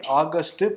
August